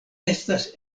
estas